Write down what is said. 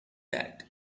that